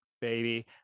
Baby